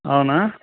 అవునా